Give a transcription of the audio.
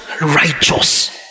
righteous